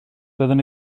doeddwn